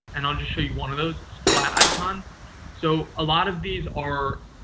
and i'll just show you one of those. it's flaticon. so, a lot of these are